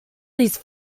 these